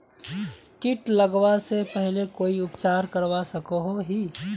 किट लगवा से पहले कोई उपचार करवा सकोहो ही?